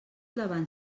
davant